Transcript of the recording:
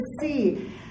see